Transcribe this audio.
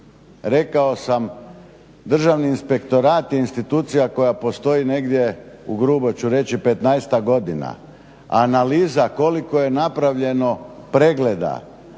Rekao sam Državni inspektorat je institucija koja postoji negdje u grubo ću reći petnaestak godina. Analiza koliko je napravljeno pregleda,